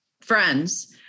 friends